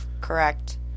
correct